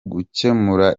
gukemura